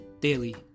Daily